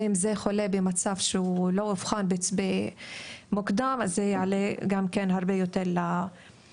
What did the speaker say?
ואם זה חולה שלא אובחן מוקדם זה יעלה גם כן הרבה יותר למדינה.